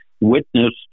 witness